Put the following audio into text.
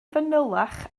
fanylach